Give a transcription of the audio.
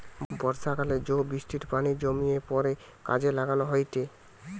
বর্ষাকালে জো বৃষ্টির পানি জমিয়ে পরে কাজে লাগানো হয়েটে